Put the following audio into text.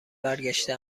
برگشته